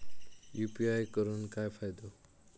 UPI करून काय फायदो?